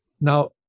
Now